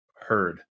heard